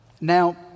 Now